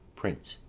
prince.